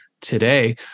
today